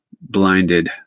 blinded